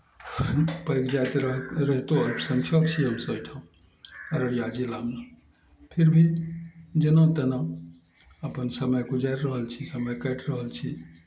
पैघ जाइत रैहतो अल्पसंख्यक छी हमसब एहिठाम अररिया जिलामे फिर भी जेना तेना अपन समय गुजारि रहल छी समय काटि रहल छी